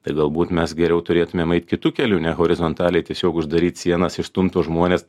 tai galbūt mes geriau turėtumėm eiti kitu keliu ne horizontaliai tiesiog uždaryt sienas išstumt tuos žmones